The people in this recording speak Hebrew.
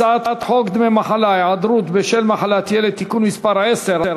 הצעת חוק דמי מחלה (היעדרות בשל מחלת ילד) (תיקון מס' 10),